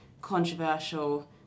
controversial